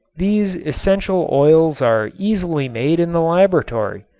these essential oils are easily made in the laboratory,